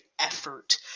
effort